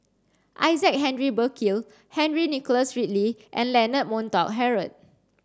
Isaac Henry Burkill Henry Nicholas Ridley and Leonard Montague Harrod